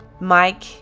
Mike